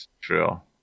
drill